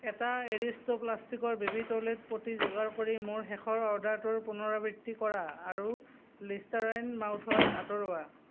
এটা এৰিষ্ট্ৰ' প্লাষ্টিকৰ বেবী টয়লেট পটি যোগাৰ কৰি মোৰ শেষৰ অ'ৰ্ডাৰটোৰ পুনৰাবৃত্তি কৰা আৰু লিষ্টাৰাইন মাউথৱাছ আঁতৰোৱা